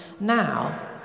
now